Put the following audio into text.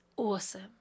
awesome